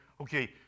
Okay